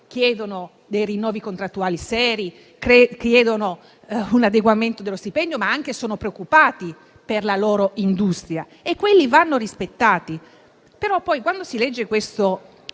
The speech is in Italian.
chiedono dei rinnovi contrattuali seri, un adeguamento dello stipendio, e sono anche preoccupati per la loro industria e quei lavoratori vanno rispettati.